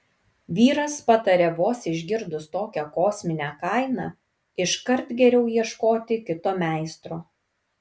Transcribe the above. vyras patarė vos išgirdus tokią kosminę kainą iškart geriau ieškoti kito meistro